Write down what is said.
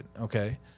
Okay